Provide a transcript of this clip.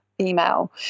Email